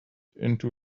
into